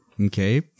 okay